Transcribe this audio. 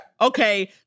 okay